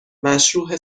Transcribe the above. مشروح